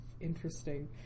interesting